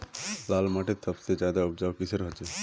लाल माटित सबसे ज्यादा उपजाऊ किसेर होचए?